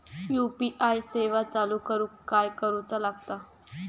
UPI सेवा चालू करूक काय करूचा लागता?